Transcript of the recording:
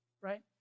right